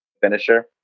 finisher